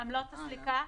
עמלות הסליקה.